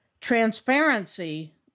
Transparency